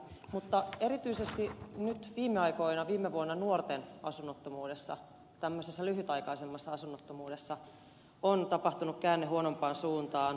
mutta erityisesti nyt viime aikoina viime vuonna nuorten asunnottomuudessa tämmöisessä lyhytaikaisessa asunnottomuudessa on tapahtunut käänne huonompaan suuntaan